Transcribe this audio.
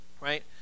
Right